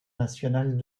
nationales